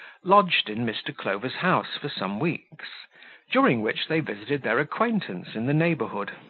lodged in mr. clover's house for some weeks during which they visited their acquaintance in the neighbourhood,